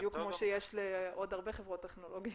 בדיוק כמו שיש לעוד הרבה חברות טכנולוגיה.